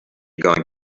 going